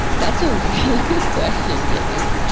that's a really good question dave.